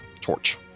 torch